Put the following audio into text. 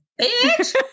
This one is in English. Bitch